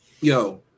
Yo